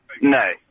No